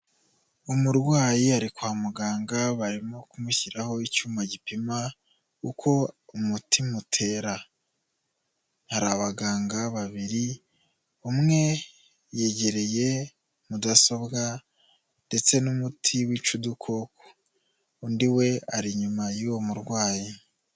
Umurwayi ari kwa muganga barimo kumushyiraho icyuma gipima uko umutima utera, hari abaganga babiri, umwe yegereye mudasobwa ndetse n'umuti wica udukoko, undi we ari inyuma y'uwo murwayi.